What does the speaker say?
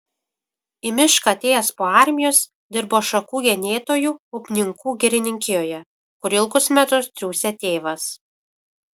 į mišką atėjęs po armijos dirbo šakų genėtoju upninkų girininkijoje kur ilgus metus triūsė tėvas